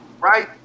Right